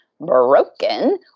broken